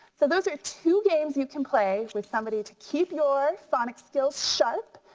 so those are two games you can play with somebody to keep your phonics skills sharp,